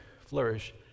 flourish